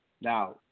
Now